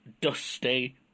dusty